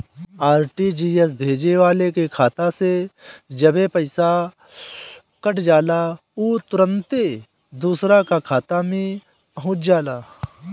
RTGS भेजे वाला के खाता से जबे पईसा कट जाला उ तुरंते दुसरा का खाता में पहुंच जाला